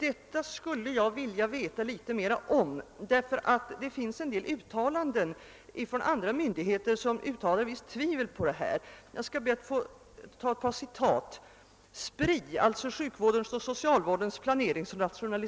Jag skulle vilja veta litet mera om detta, därför att det finns en del uttalanden från andra myndigheter, som härvidlag tycks hysa vissa tvivelsmål. Jag ber att få anföra några citat.